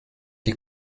die